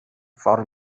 for